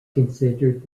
considered